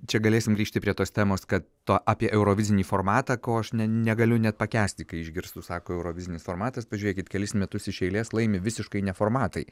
čia galėsim grįžti prie tos temos kad to apie eurovizinį formatą ko aš negaliu net pakęsti kai išgirstu sako eurovizinis formatas pažiūrėkit kelis metus iš eilės laimi visiškai ne formatai